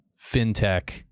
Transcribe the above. fintech